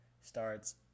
starts